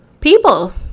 people